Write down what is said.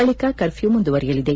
ಬಳಿಕ ಕರ್ಫ್ಝ್ ಮುಂದುವರಿಯಲಿದೆ